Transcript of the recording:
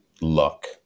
luck